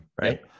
Right